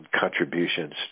contributions